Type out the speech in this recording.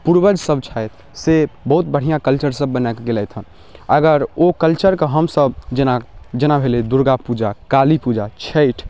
पूर्वज सब छथि से बहुत बढ़ियाँ कल्चर सब बनाकऽ गेलथि हँ अगर ओ कल्चरके हमसब जेना जेना भेलै दुर्गा पूजा काली पूजा छैठ